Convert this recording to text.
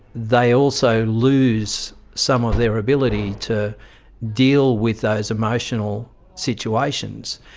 they also lose some of their ability to deal with those emotional situations.